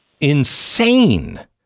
insane